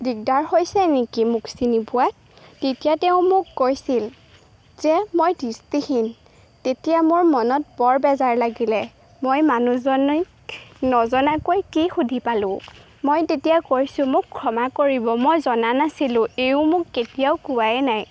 দিগদাৰ হৈছে নেকি মোক চিনি পোৱাত তেতিয়া তেওঁ মোক কৈছিল যে মই দৃষ্টিহীন তেতিয়া মোৰ মনত বৰ বেজাৰ লাগিলে মই মানুহজনীক নজনাকৈ কি সুধি পেলালোঁ মই তেতিয়া কৈছোঁ মোক ক্ষমা কৰিব মই জনা নাছিলোঁ এইও মোক কেতিয়াও কোৱাই নাই